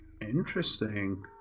Interesting